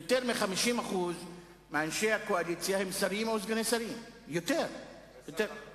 וליל השימורים שלנו בא לתת אות אזהרה, להדליק נורה